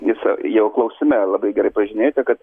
jis a jau klausime labai gerai pažymėta kad